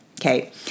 Okay